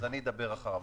אז אני אדבר אחריו.